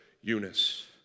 Eunice